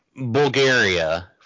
Bulgaria